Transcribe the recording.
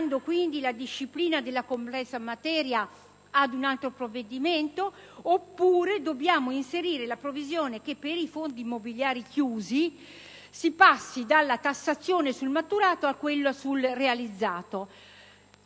rimandando la disciplina della complessa materia ad un provvedimento *ad hoc,* oppure dobbiamo inserire la previsione che per i fondi mobiliari chiusi si passi dalla tassazione sul maturato a quella sul realizzato.